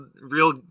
real